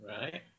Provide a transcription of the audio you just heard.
Right